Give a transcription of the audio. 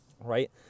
Right